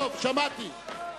טוב, שמעתי.